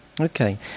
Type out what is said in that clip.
Okay